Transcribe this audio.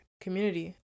community